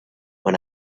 when